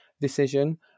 decision